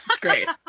Great